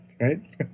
Right